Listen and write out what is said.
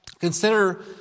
consider